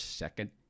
second